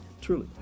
Truly